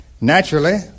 Naturally